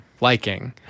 liking